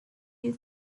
you